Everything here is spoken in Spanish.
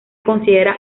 considera